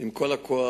עם כל הכוח,